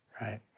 Right